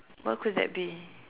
what could that be